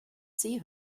see